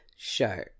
show